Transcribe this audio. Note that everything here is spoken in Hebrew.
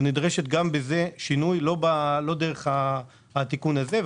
גם בזה נדרש שינוי לא דרך התיקון הזה,